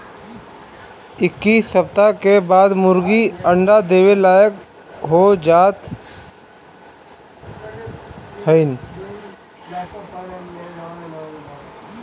इक्कीस सप्ताह के बाद मुर्गी अंडा देवे लायक हो जात हइन